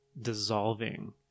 dissolving